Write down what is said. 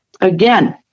again